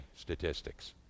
statistics